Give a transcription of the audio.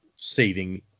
saving